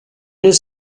his